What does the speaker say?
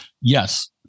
Yes